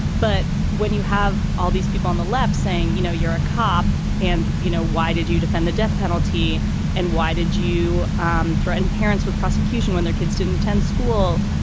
but when you have all these people on the left saying, you know, you're a cop and you know, why did you defend the death penalty and why did you threaten parents with prosecution when their kids didn't attend school?